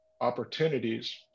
opportunities